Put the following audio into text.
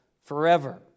forever